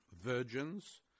virgins